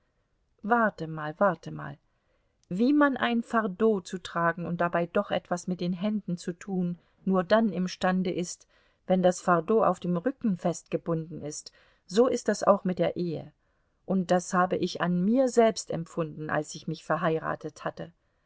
warte mal warte mal wie man ein fardeau zu tragen und dabei doch etwas mit den händen zu tun nur dann imstande ist wenn das fardeau auf dem rücken festgebunden ist so ist das auch mit der ehe und das habe ich an mir selbst empfunden als ich mich verheiratet hatte